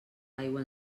aigua